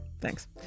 thanks